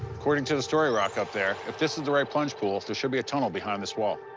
according to the story rock up there, if this is the right plunge pool, there should be a tunnel behind this wall.